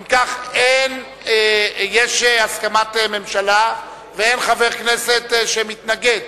אם כך, יש הסכמת ממשלה ואין חבר כנסת שמתנגד,